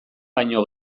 baino